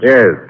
Yes